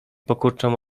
pokurczą